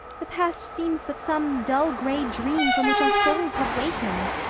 the past seems but some dull grey dream from which our souls have wakened.